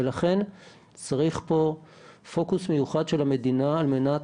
לכן צריך פה פוקוס מיוחד של המדינה על מנת